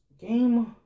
Game